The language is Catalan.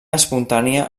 espontània